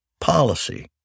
policy